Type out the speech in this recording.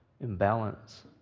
imbalance